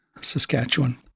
Saskatchewan